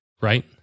right